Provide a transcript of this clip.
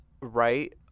right